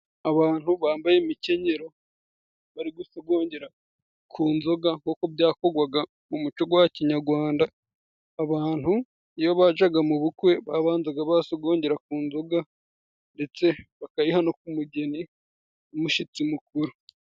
Abantu bambaye imikenyero, bari gusogongera ku nzoga nkuko kubyakorwaga mu muco wa kinyagwanda, abantu iyo bajyaga mu bukwe, babanzaga basogongera ku nzoga, ndetse bakayiha no ku mugeni, n'umushyitsi mukuru.